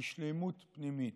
לשלמות פנימית,